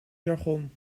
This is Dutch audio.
jargon